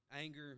anger